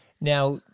Now